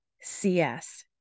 CS